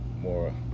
more